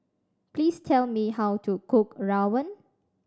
please tell me how to cook rawon